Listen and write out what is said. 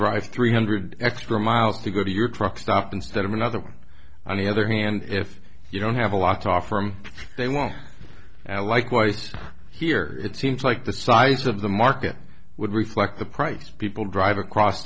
drive three hundred extra miles to go to your truck stop instead of another one on the other hand if you don't have a lot to offer they won't likewise here it seems like the size of the market would reflect the price people drive across